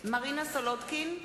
מרינה סולודקין,